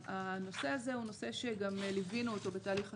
הנושא הזה הוא נושא שגם ליווינו אותו בתהליך חקיקה.